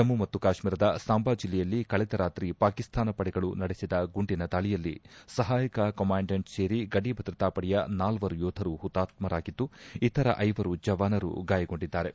ಜಮ್ಮು ಮತ್ತು ಕಾಶ್ಮೀರದ ಸಾಂಬಾ ಜಿಲ್ಲೆಯಲ್ಲಿ ಕಳೆದ ರಾತ್ರಿ ಪಾಕಿಸ್ತಾನ ಪಡೆಗಳು ನಡೆಸಿದ ಗುಂಡಿನ ದಾಳಿಯಲ್ಲಿ ಸಹಾಯಕ ಕಮಾಂಡೆಂಟ್ ಸೇರಿ ಗಡಿ ಭದ್ರತಾ ಪಡೆಯ ನಾಲ್ವರು ಯೋಧರು ಹುತಾತ್ಸರಾಗಿದ್ದು ಇತರ ಐವರು ಜವಾನರು ಗಾಯಗೊಂಡಿದ್ದಾರೆ